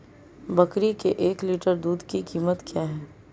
बकरी के एक लीटर दूध की कीमत क्या है?